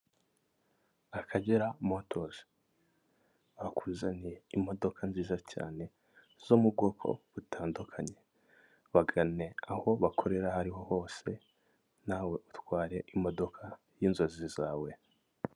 Akagera motozi bakuzaniye imodoka nziza cyane zo mu bwoko butandukanye, bagane aho bakorera aho ariho hose nawe utware imodoka y'inzozi zawe.